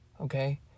okay